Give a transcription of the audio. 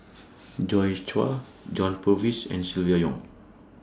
Joi Chua John Purvis and Silvia Yong